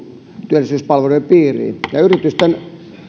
työllisyyspalveluiden piiriin yritysten